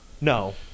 No